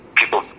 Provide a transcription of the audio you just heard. people